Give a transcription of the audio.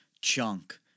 chunk